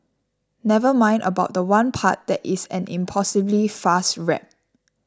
never mind about the one part that is an impossibly fast rap